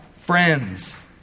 Friends